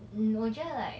mm 我觉得 like